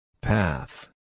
Path